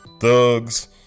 thugs